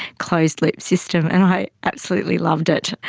closed-loop system. and i absolutely loved it.